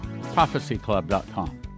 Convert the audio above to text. ProphecyClub.com